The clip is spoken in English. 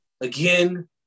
again